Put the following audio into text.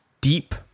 deep